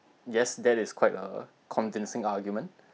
yes that is quite a convincing argument